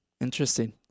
interesting